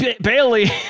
Bailey